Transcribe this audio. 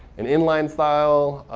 an in-line style,